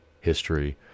history